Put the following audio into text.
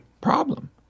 problem